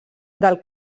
del